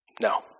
no